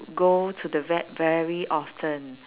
go to the vet very often